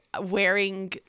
wearing